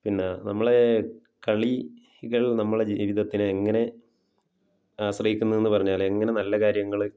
പിന്നെ നമ്മളെ കളികൾ നമ്മളെ ജീവിതത്തിനെ എങ്ങനെ ആശ്രയിക്കുന്നു എന്ന് പറഞ്ഞാൽ എങ്ങനെ നല്ല കാര്യങ്ങൾ